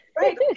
Right